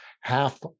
half